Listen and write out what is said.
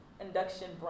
induction